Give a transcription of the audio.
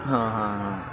ହଁ ହଁ ହଁ